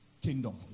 kingdom